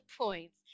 points